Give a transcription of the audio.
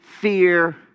fear